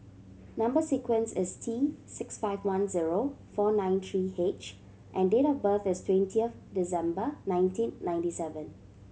number sequence is T six five one zero four nine three H and date of birth is twentieth December nineteen ninety seven